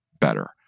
better